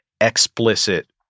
explicit